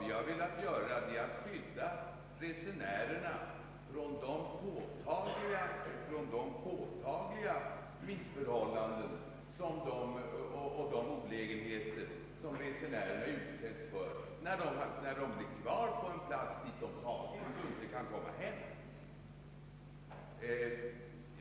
Vad vi velat göra är att skydda resenärerna från de påtagliga missförhållanden och de olägenheter som de utsätts för när de blir kvar på en plats dit de förts och inte kan komma hem.